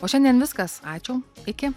o šiandien viskas ačiū iki